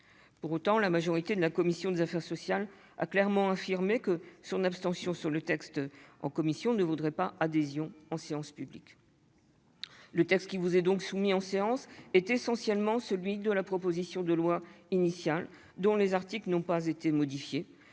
Pour autant, la majorité de la commission des affaires sociales a clairement affirmé que son abstention sur le texte en commission ne vaudrait pas adhésion en séance publique. Le texte qui vous est donc soumis en séance est essentiellement celui de la proposition de loi initiale, dont les articles n'ont pas été modifiés,